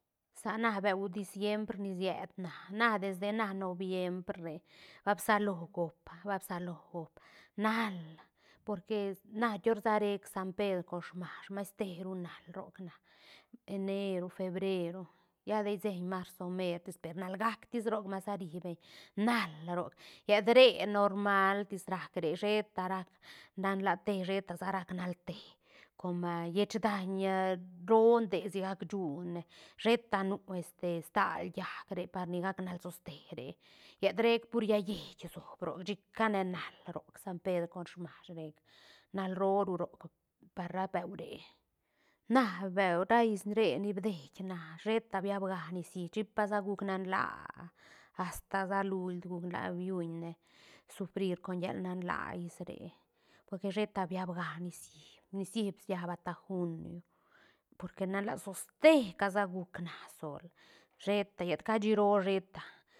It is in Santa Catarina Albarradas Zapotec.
Sa na beu diciembre ni sied na- na desde na noviembr re ba bab salo goop ba bab salo goop naal porque na pior sa rec san pedre con smash mais teru naal roc na enero, febrero lla de sieñ marzo mertis per naal gaac tis roc masa ri beñ naal roc llet re normal tis rac re sheta rac nan laa te sheta sa rac naal te coma lliech daiña roo de sigac shune sheta nu este stal llaäc re par ni gac naal soste re llet rec pur llaä yeit soob roc chi cane nal roc san pedre con smash rec naal roo ru roc par ra beu re na beu ra is re ni bdie na sheta biab ga nicií chi pa sa guc nan laa asta sa luilt guc nlaa biun ne sufrir con llal nan laa is re porque sheta biab ga nicií nicií biab asta junio porque nan laa soste ca sa gug na sol sheta llet cashi roo sheta.